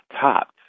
topped